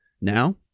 Now